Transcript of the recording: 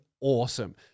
awesome